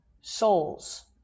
souls